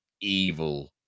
evil